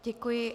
Děkuji.